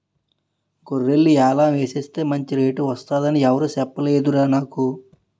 గొర్రెల్ని యాలం ఎసేస్తే మంచి రేటు వొత్తదని ఎవురూ సెప్పనేదురా నాకు